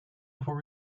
before